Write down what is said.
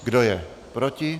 Kdo je proti?